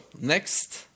next